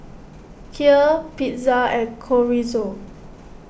Kheer Pizza and Chorizo